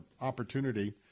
opportunity